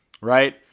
right